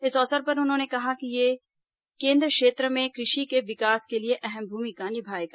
इस अवसर पर उन्होंने कहा कि यह केन्द्र क्षेत्र में कृषि के विकास के लिए अहम भूमिका निभाएगा